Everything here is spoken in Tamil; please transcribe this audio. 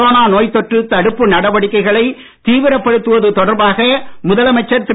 கொரோனா நோய்த் தொற்று தடுப்பு நடவடிக்கைகளைத் தீவிரப்படுத்துவது தொடர்பாக முதலமைச்சர் திரு